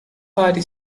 party